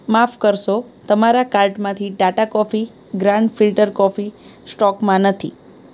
માફ કરશો તમારા કાર્ટમાંથી Tata coffee grand filter coffee સ્ટોકમાં નથી